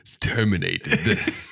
terminated